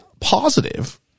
positive